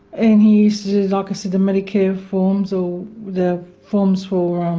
and he used to, like i said, the medicare forms or the forms for um